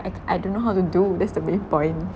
I I don't know how to do that's the main point